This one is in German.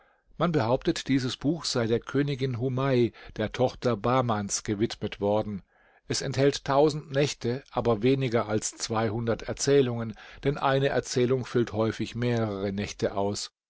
man behauptet dieses buch sei der königin humai der tochter bahmans gewidmet worden es enthält tausend nächte aber weniger als zweihundert erzählungen denn eine erzählung füllt häufig mehrere nächte aus